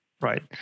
Right